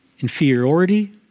inferiority